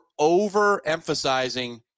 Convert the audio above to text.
overemphasizing